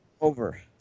Over